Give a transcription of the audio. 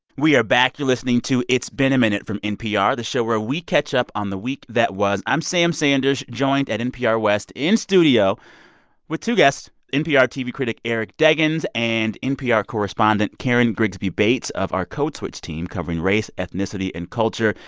we are back. you're listening to it's been a minute from npr, the show where we catch up on the week that was. i'm sam sanders, joined at npr west in studio with two guests npr tv critic eric deggans and npr correspondent karen grigsby bates of our code switch team, covering race, ethnicity and culture.